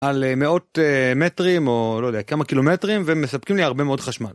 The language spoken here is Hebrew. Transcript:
על מאות מטרים, או לא יודע כמה קילומטרים ומספקים לי הרבה מאוד חשמל.